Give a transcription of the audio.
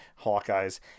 Hawkeyes